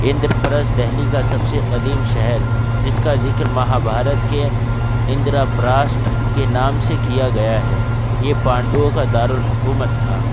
اندر پرست دہلی کا سب سے قدیم شہر جس کا ذکر مہابھارت کے اندرا پراسٹھ کے نام سے کیا گیا ہے یہ پانڈوؤں کا دار الحکومت تھا